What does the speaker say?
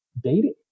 dating